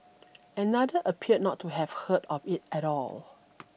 another appeared not to have heard of it at all